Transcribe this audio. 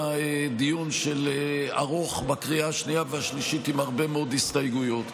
דיון ארוך בקריאה השנייה והשלישית עם הרבה מאוד הסתייגויות.